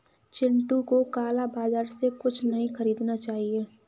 चिंटू को काला बाजार से कुछ नहीं खरीदना चाहिए